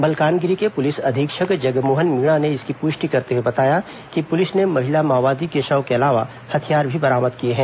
मलकानगिरी के पुलिस अधीक्षक जगमोहन मीणा ने इसकी पुष्टि करते हुए बताया कि पुलिस ने महिला माओवादी के शव के अलावा हथियार भी बरामद किए हैं